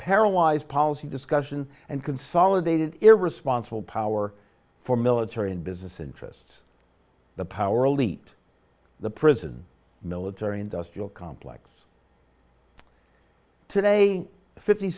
paralyzed policy discussion and consolidated irresponsible power for military and business interests the power elite the prison military industrial complex today fifty